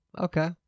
Okay